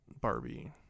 Barbie